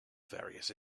various